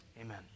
Amen